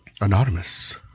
Anonymous